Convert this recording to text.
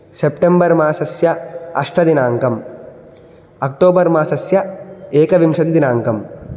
September मासस्य अष्टदिनाङ्कम् October मासस्य एकविंशतिदिनाङ्कम्